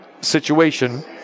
situation